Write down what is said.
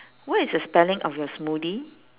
what is the spelling of your smoothie